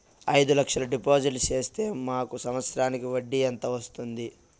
అయిదు లక్షలు డిపాజిట్లు సేస్తే మాకు సంవత్సరానికి వడ్డీ ఎంత వస్తుంది?